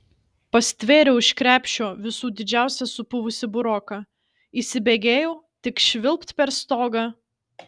pastvėriau iš krepšio visų didžiausią supuvusį buroką įsibėgėjau tik švilpt per stogą